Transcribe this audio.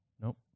nope